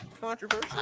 controversial